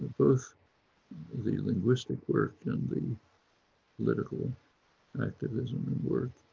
both the linguistic work and the political activism and work,